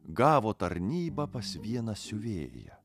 gavo tarnybą pas vieną siuvėją